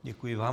Děkuji vám.